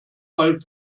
fall